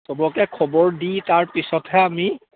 চবকে খবৰ দি তাৰপিছতহে আমি